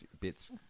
Bits